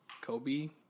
Kobe